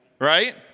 right